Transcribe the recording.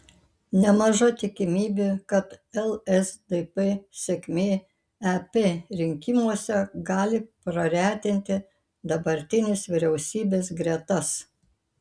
nemaža tikimybė kad lsdp sėkmė ep rinkimuose gali praretinti dabartinės vyriausybės gretas